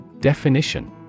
Definition